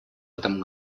этом